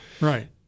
Right